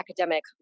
academic